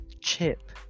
Chip